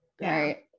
Right